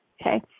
okay